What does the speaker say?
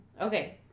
Okay